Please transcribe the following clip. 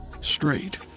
Straight